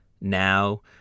now